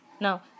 Now